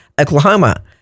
oklahoma